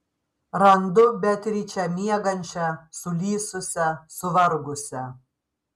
randu beatričę miegančią sulysusią suvargusią